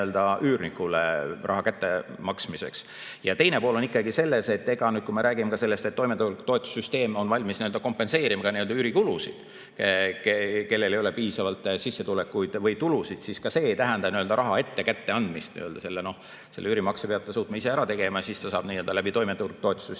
üürnikule maksmiseks. Teine pool on ikkagi selles, et kui me räägime sellest, et toimetulekutoetuse süsteem on valmis kompenseerima üürikulusid neile, kellel ei ole piisavalt sissetulekuid või tulusid, siis ka see ei tähenda raha ette kätteandmist. Selle üürimakse peab ta suutma ise ära teha, siis ta saab nii-öelda toimetulekutoetuse süsteemi